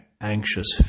anxious